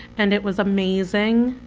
and it was amazing.